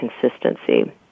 consistency